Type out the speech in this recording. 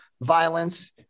violence